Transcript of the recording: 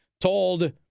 told